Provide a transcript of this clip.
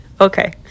Okay